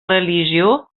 religió